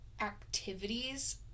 Activities